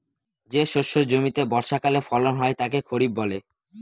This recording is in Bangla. যে শস্য জমিতে বর্ষাকালে ফলন হয় তাকে খরিফ বলে